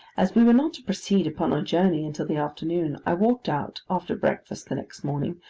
as we were not to proceed upon our journey until the afternoon, i walked out, after breakfast the next morning,